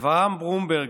אברהם ברומברג,